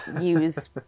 use